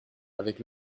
avec